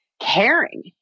caring